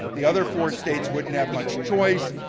the other four states wouldn't have much choice.